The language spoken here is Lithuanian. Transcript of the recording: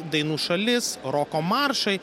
dainų šalis roko maršai